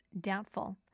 doubtful